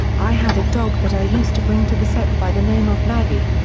i had a dog that i used to bring to the set by the name of maggie.